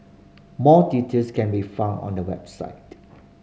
more details can be found on the website